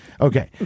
Okay